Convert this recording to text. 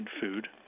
food